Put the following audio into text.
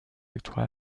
étroits